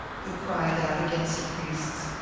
who cried out against priests,